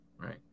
right